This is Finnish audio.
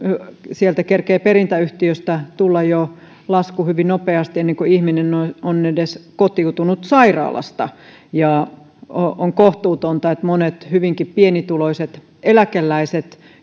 sieltä perintäyhtiöstä kerkiää tulla lasku hyvin nopeasti jo ennen kuin ihminen on edes kotiutunut sairaalasta on kohtuutonta että jouduttuaan sairaalaan monet hyvinkin pienituloiset eläkeläiset